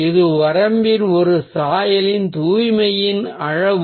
இது ஒரு வரம்பில் ஒரு சாயலின் தூய்மையின் அளவு